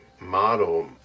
model